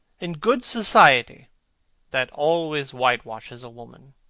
in good society that always whitewashes a woman.